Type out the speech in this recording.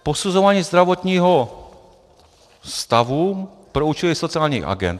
Posuzování zdravotního stavu pro účely sociálních agend.